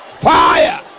fire